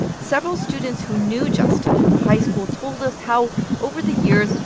several students who knew justin from high school told us how over the years,